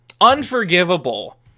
Unforgivable